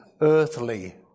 earthly